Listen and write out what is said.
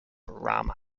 rama